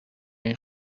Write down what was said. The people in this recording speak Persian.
این